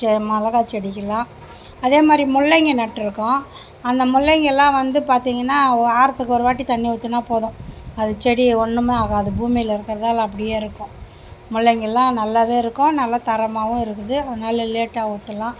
செ மிளகா செடிக்கிலாம் அதேமாதிரி முள்ளங்கி நட்டுருக்கோம் அந்த முள்ளங்கில்லாம் வந்து பார்த்திங்கன்னா வாரத்துக்கு ஒரு வாட்டி தண்ணி ஊற்றுனா போதும் அது செடி ஒன்றுமே ஆகாது பூமியில் இருக்கிறதால அப்படியே இருக்கும் முள்ளங்கில்லாம் நல்லாவே இருக்கும் நல்லா தரமாகவும் இருக்குது அதனால லேட்டாக ஊற்றலாம்